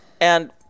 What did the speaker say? And-